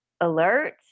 alert